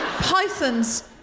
pythons